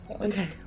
Okay